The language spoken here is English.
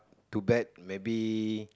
too bad maybe